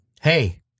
Hey